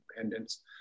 Independence